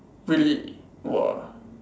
really !wah!